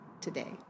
today